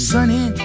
Sunny